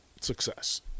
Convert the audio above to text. Success